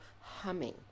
humming